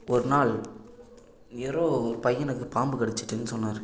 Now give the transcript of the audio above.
ஒரு நாள் யாரோ ஒரு பையனுக்கு பாம்பு கடிச்சிட்டுன்னு சொன்னார்